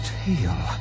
tail